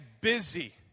busy